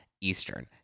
Eastern